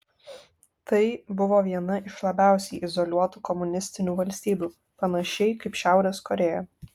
tai buvo viena iš labiausiai izoliuotų komunistinių valstybių panašiai kaip šiaurės korėja